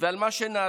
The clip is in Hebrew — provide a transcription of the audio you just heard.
ועל מה שנעשה.